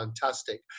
fantastic